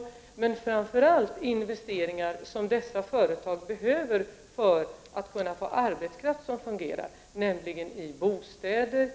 Men det gäller framför allt investeringar som dessa företag behöver för att kunna få arbetskraft som fungerar, nämligen för bostäder